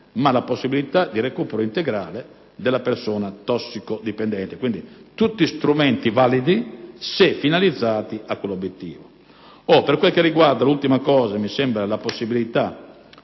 dalla possibilità di recupero integrale della persona tossicodipendente. Quindi, tutti gli strumenti sono validi se finalizzati a quell'obiettivo. Per quel che riguarda la possibilità